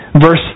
Verse